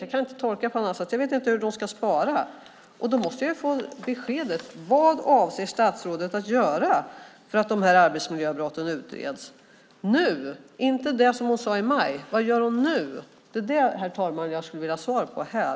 Jag kan inte tolka det på annat sätt. Jag vet inte hur de ska spara. Då måste jag få besked. Vad avser statsrådet att göra för att arbetsmiljöbrotten ska utredas nu ? Jag menar inte det hon sade i maj. Vad gör hon nu ? Det är det, herr talman, som jag skulle vilja ha svar på här.